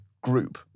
group